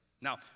Now